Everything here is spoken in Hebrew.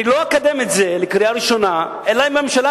אני לא אקדם את זה לקריאה ראשונה אלא אם כן